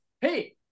Hey